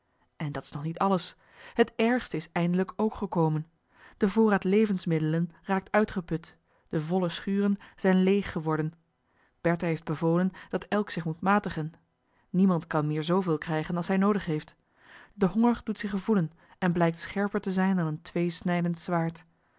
en dat is nog niet alles het ergste is eindelijk ook gekomen de voorraad levensmiddelen raakt uitgeput de volle schuren zijn leeg geworden bertha heeft bevolen dat elk zich moet matigen niemand kan meer zooveel krijgen als hij noodig heeft de honger doet zich gevoelen en blijkt scherper te zijn dan een tweesnijdend zwaard